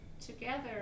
together